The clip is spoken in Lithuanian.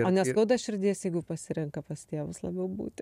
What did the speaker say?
o neskauda širdies jeigu pasirenka pas tėvus labiau būti